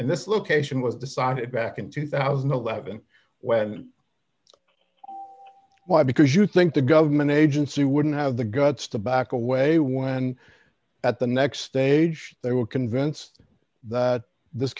and this location was decided back in two thousand and eleven when why because you think the government agency wouldn't have the guts to back away when at the next stage they were convinced that this